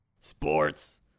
Sports